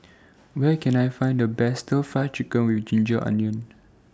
Where Can I Find The Best Stir Fry Chicken with Ginger Onions